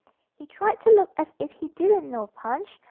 he tried to look as if he didn't know punch,